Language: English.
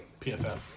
PFF